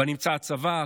שבה נמצאים הצבא,